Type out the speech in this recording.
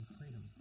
freedom